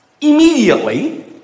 Immediately